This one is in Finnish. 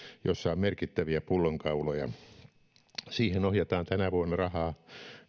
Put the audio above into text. jossa on merkittäviä pullonkauloja siihen ohjataan tänä vuonna rahaa